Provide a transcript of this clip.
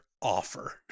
Offer